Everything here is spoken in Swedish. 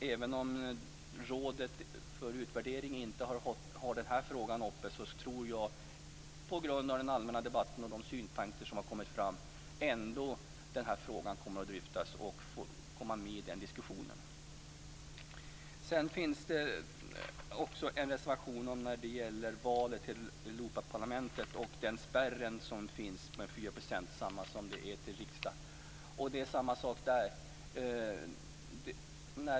Även om Rådet för utvärdering inte har haft den här frågan uppe till diskussion har frågan ändå dryftats i den allmänna debatten och man har kommit fram med synpunkter. Det finns också en reservation som handlar om val till Europaparlamentet och den 4-procentsspärr som finns, samma spärr som gäller för val till riksdagen.